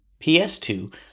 PS2